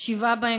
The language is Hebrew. שבעה מהם,